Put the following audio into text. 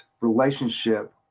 relationship